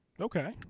Okay